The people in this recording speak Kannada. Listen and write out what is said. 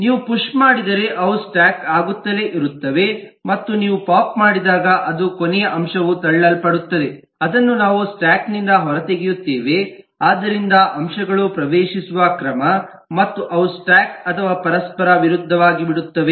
ನೀವು ಪುಶ್ ಮಾಡಿದರೆ ಅವು ಸ್ಟಾಕ್ ಆಗುತ್ತಲೇ ಇರುತ್ತವೆ ಮತ್ತು ನೀವು ಪೋಪ್ ಮಾಡಿದಾಗ ಅದು ಕೊನೆಯ ಅಂಶವು ತಳ್ಳಲ್ಪಡುತ್ತದೆ ಅದನ್ನು ನಾವು ಸ್ಟಾಕ್ ನಿಂದ ಹೊರತೆಗೆಯುತ್ತೇವೆ ಆದ್ದರಿಂದ ಅಂಶಗಳು ಪ್ರವೇಶಿಸುವ ಕ್ರಮ ಮತ್ತು ಅವು ಸ್ಟಾಕ್ ಅಥವಾ ಪರಸ್ಪರ ವಿರುದ್ಧವಾಗಿ ಬಿಡುತ್ತವೆ